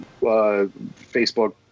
Facebook